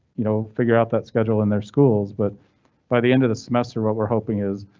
you know, figure out that schedule in their schools, but by the end of the semester, what we're hoping is